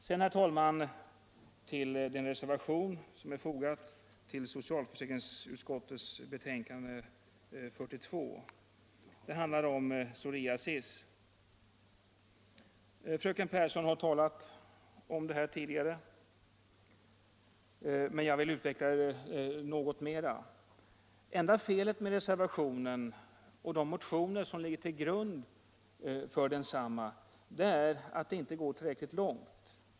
Sedan, herr talman, till den reservation som är fogad till socialförsäkringsutskottets betänkande nr 42. Den handlar om psoriasis. Fröken Pehrsson har talat om saken tidigare, men jag vill utveckla det något mera. Enda felet med reservationen och de motioner som ligger till grund för densamma är att de inte går tillräckligt långt.